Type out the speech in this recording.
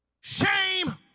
Shame